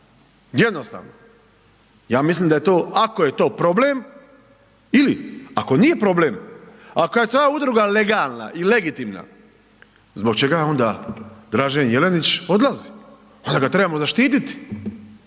Jednostavno, ja mislim da je to, ako je to problem, ili, ako nije problem, ako je ta udruga legalna i legitimna, zbog čega je onda Dražen Jelenić odlazi? Onda ga trebamo zaštiti.